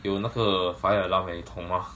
有那个 fire alarm eh 你懂 mah